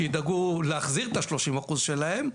שידאגו להחזיר את ה- 30% שלהם,